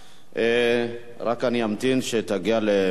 רק אני אמתין שתגיע למקומך.